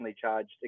charged